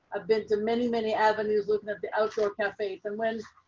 i've been to many, many avenues, looking at the outdoor cafes and when